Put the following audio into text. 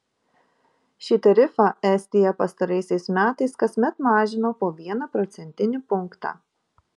šį tarifą estija pastaraisiais metais kasmet mažino po vieną procentinį punktą